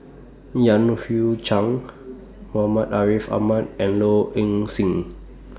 Yan Hui Chang Muhammad Ariff Ahmad and Low Ing Sing